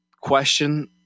question